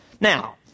Now